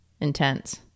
intense